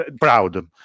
proud